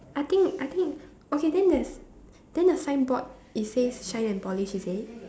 I think I think okay then there's then the signboard it says shine and polish is it